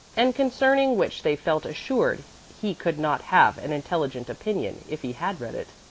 and concerning which they felt assured he could not have an intelligent opinion if he had read it.